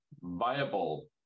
viable